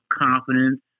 confidence